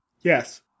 Yes